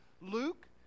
Luke